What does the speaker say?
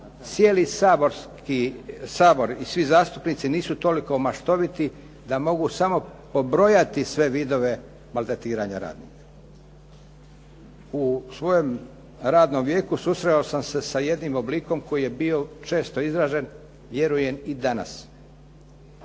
cijeli Sabor i svi zastupnici nisu toliko maštoviti da mogu samo pobrojati sve vidove maltretiranja radnika. U svojem radnom vijeku susreo sam se sa jednim oblikom koji je bio često izražen, vjerujem i danas.